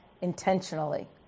intentionally